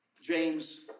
James